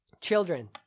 Children